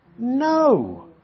No